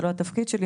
זה לא התפקיד שלי,